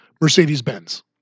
Mercedes-Benz